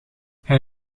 hij